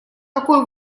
какой